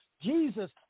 Jesus